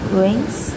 wings